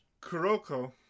Kuroko